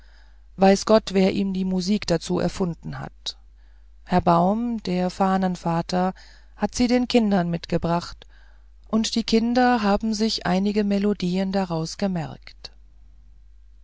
weiß gott wer ihm die musik dazu erfunden hat herr baum der fahnenvater hat sie den kindern mitgebracht und die kinder haben sich einige melodien daraus gemerkt